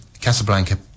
Casablanca